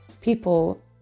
people